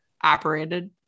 operated